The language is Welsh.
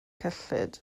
cyllid